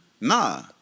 Nah